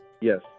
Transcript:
Yes